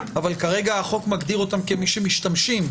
אבל כרגע החוק מגדיר אותם כמי שמשתמשים,